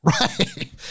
right